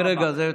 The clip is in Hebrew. מרגע זה.